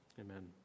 Amen